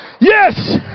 Yes